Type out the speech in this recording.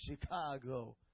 Chicago